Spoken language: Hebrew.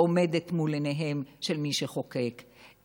עומדת מול עיניהם של מי שחוקקו,